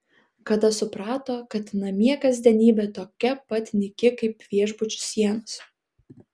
kada suprato kad namie kasdienybė tokia pat nyki kaip viešbučių sienos